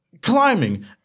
climbing